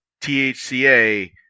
THCA